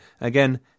again